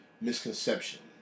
misconception